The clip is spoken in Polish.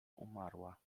umarła